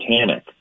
Titanic